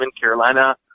Carolina